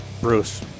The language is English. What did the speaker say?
Bruce